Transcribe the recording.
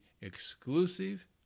exclusive